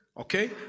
Okay